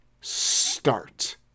start